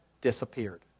disappeared